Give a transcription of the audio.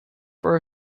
for